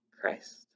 Christ